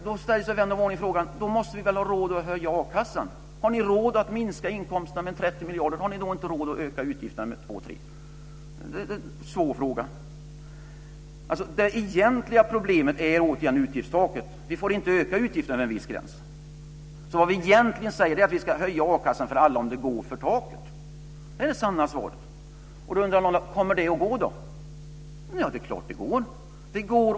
Då ställer sig vän av ordning frågan: Vi måste väl ha råd att höja ersättningen i a-kassan? Om ni har råd att minska inkomsterna med 30 miljarder, har ni då inte råd att öka utgifterna med 2-3 miljarder? Det är en svår fråga. Det egentliga problemet är återigen utgiftstaket. Vi får inte öka utgifterna över en viss gräns. Vad vi egentligen säger är att vi ska höja ersättningen i a-kassan om det går för taket. Det är det sanna svaret. Kommer det att gå? Det är klart att det går.